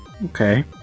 Okay